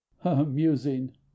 Amusing